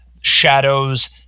shadows